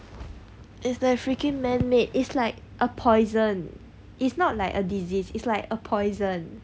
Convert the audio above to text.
it's like freaking man-made it's like a poison it's not like a disease it's like a poison